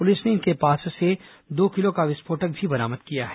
police ने इनके पास से दो किलो का विस्फोटक भी बरामद किया है